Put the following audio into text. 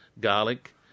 garlic